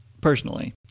personally